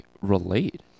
relate